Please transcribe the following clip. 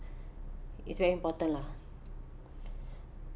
it's very important lah